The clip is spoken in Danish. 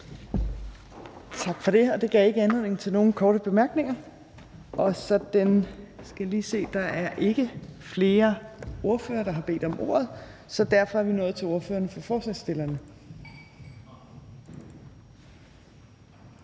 Tak for det, og det gav ikke anledning til nogen korte bemærkninger. Der er ikke flere ordførere, der har bedt om ordet, så derfor er vi er nået til ordføreren for forslagsstillerne.